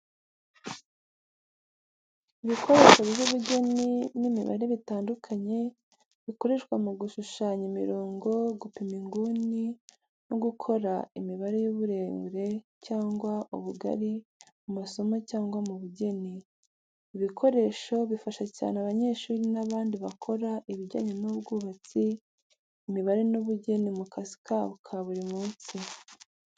Ibikoresho by’ubugeni n’imibare bitandukanye bikoreshwa mu gushushanya imirongo, gupima inguni no gukora imibare y’uburebure cyangwa ubugari mu masomo cyangwa mu bugeni. Ibi bikoresho bifasha cyane abanyeshuri n’abandi bakora ibijyanye n’ubwubatsi, imibare n’ubugeni mu kazi kabo ka buri munsi.